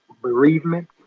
bereavement